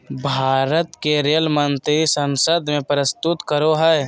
भारत के रेल मंत्री संसद में प्रस्तुत करो हइ